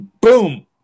boom